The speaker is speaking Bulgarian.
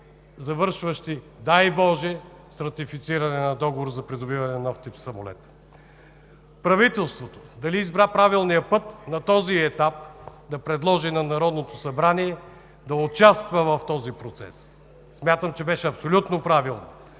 завършващи, дай боже, с ратифициране на договор за придобиване на нов тип самолет. Дали правителството избра правилния път – на този етап да предложи на Народното събрание да участва в този процес? Смятам, че беше абсолютно правилно,